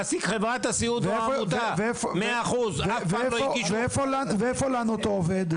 חברת הסיעוד או העמותה, 100%. ואיפה הלנות העובד?